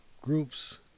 groups